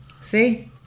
See